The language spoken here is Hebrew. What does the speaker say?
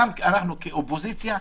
גם אנחנו כאופוזיציה,